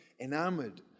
enamored